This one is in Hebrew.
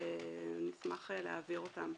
ואני אשמח להעביר אותם.